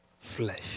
flesh